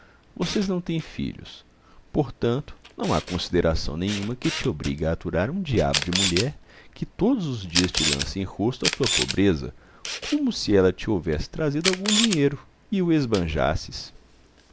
vocês não têm filhos portanto não há consideração nenhuma que te obrigue a aturar um diabo de mulher que todos os dias te lança em rosto a tua pobreza como se ela te houvesse trazido algum dinheiro e o esbanjasses